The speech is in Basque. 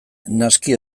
naski